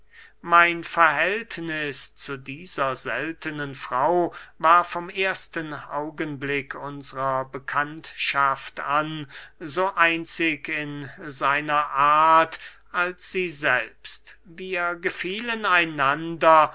mein verhältniß zu dieser seltenen frau war vom ersten augenblick unsrer bekanntschaft an so einzig in seiner art als sie selbst wir gefielen einander